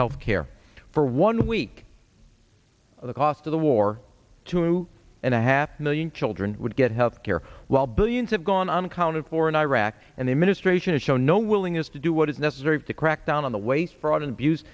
health care for one week the cost of the war two and a half million children would get health care while billions have gone unaccounted for in iraq and the administration has shown no willingness to do what is necessary to crack down on the waste fraud and abuse